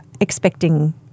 expecting